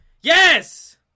Yes